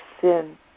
sin